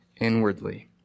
inwardly